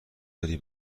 داری